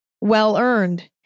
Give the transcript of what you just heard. well-earned